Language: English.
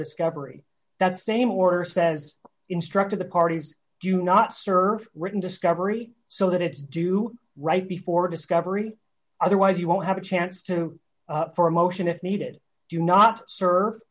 discovery that same order says instructed the parties do not serve written discovery so that it's due right before discovery otherwise you won't have a chance to for a motion if needed do not serve